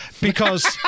Because-